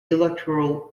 electoral